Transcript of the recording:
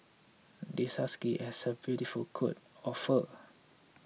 this husky has a beautiful coat of fur